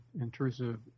intrusive